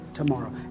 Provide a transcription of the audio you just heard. Tomorrow